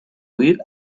huir